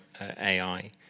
AI